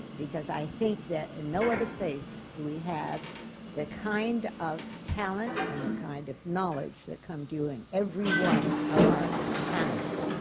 because i think that in and no other place do we have the kind of talent and the kind of knowledge that come to you in every one of our panels.